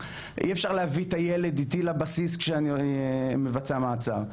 אי אפשר להביא את הילד איתי לבסיס כשאני מבצע מעצר,